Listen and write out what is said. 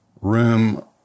room